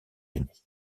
unis